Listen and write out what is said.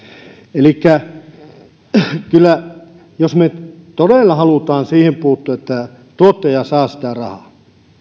elikkä jos me todella haluamme siihen puuttua että tuottaja saa sitä rahaa